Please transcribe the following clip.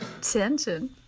tension